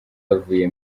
yavuye